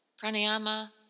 pranayama